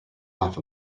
laugh